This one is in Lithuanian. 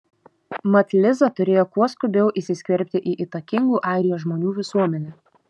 mat liza turėjo kuo skubiau įsiskverbti į įtakingų airijos žmonių visuomenę